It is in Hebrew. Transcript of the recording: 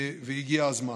הגיע הזמן.